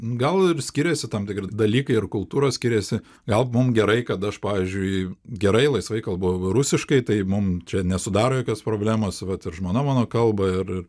gal ir skiriasi tam tikri dalykai ir kultūros skiriasi gal mum gerai kad aš pavyzdžiui gerai laisvai kalbu rusiškai tai mum čia nesudaro jokios problemos vat ir žmona mano kalba ir